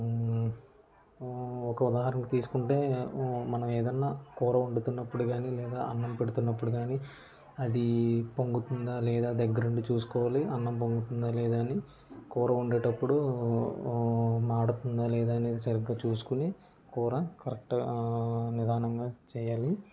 ఒక ఉదాహరణకు తీసుకుంటే మనం ఏదైనా కూర వండుతున్నప్పుడు కాని అన్నం పెడుతున్నప్పుడు కాని అది పొంగుతుందా లేదా దగ్గరుండి చూసుకోవాలి అన్నం పొంగుతుందా లేదా అని కూర వండేటప్పుడు మాడుతుందా లేదా అని సరిగ్గా చూసుకొని కూర కరెక్టు గా నిదానంగా చేయాలి